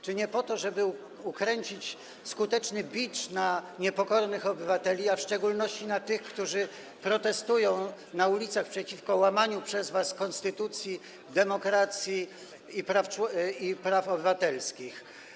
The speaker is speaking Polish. Czy nie po to, żeby ukręcić skuteczny bicz na niepokornych obywateli, w szczególności na tych, którzy protestują na ulicach przeciwko łamaniu przez was konstytucji, zasad demokracji i praw obywatelskich?